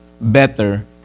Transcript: better